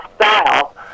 style